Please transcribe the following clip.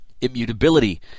Immutability